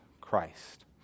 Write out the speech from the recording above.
Christ